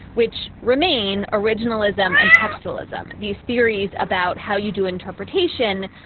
which remain originalism and textualism. these theories about how you do interpretation,